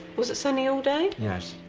was it sunny all day? yes.